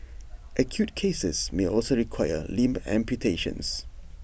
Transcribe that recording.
acute cases may also require limb amputations